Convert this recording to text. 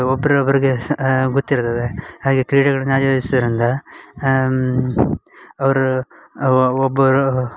ಒಬ್ರು ಒಬ್ರಿಗೆ ಸ್ ಗೊತ್ತಿರುವುದಿಲ್ಲ ಹಾಗೆ ಕ್ರೀಡೆಗಳನ್ನು ಆಯೋಜಿಸಿದರಿಂದ ಅವ್ರು ಒಬ್ಬರು